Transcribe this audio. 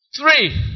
Three